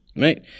right